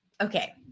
Okay